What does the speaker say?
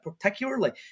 particularly